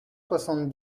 soixante